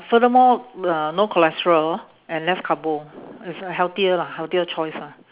furthermore uh no cholesterol and less carbo it's a healthier lah healthier choice lah